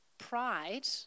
Pride